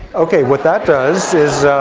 ok, what that does is